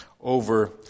over